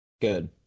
Good